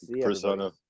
persona